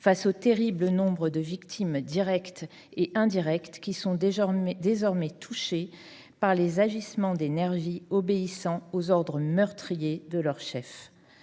face au terrible nombre de victimes directes et indirectes qui sont désormais touchées par les agissements des nervis obéissant aux ordres meurtriers de leurs chefs.